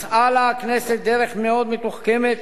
מצאה לה הכנסת דרך מאוד מתוחכמת